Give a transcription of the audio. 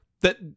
that-